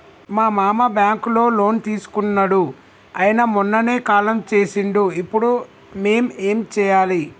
మా మామ బ్యాంక్ లో లోన్ తీసుకున్నడు అయిన మొన్ననే కాలం చేసిండు ఇప్పుడు మేం ఏం చేయాలి?